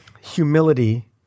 Humility